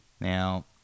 now